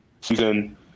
season